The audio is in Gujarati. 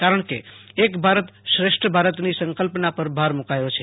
કારણ કે અક ભારત શ્રેષ્ઠ ભારતની સકલ્પના પર ભાર મુકાયો છે